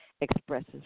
expresses